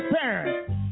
parents